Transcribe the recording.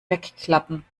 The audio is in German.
wegklappen